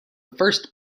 first